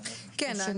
כן.